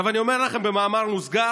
אני אומר לכם במאמר מוסגר: